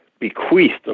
bequeathed